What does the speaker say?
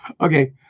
Okay